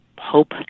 hope